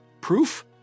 Proof